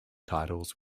titles